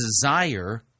desire